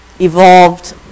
evolved